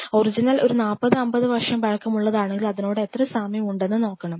original ഒരു 40 50 വർഷം പഴക്കം ഉള്ളതാണെങ്കിൽ അതിനോട് എത്ര സാമ്യം ഉണ്ടെന്നു നോക്കണം